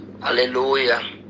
Hallelujah